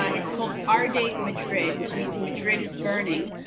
ah it's called arde ah madrid, which means madrid is burning.